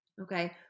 okay